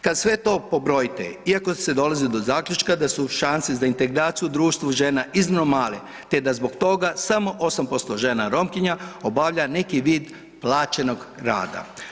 Kada sve to pobrojite iako se dolazi do zaključka da su šanse za integraciju u društvu žena iznimno male te da zbog toga samo 8% žena Romkinja obavlja neki vid plaćenog rada.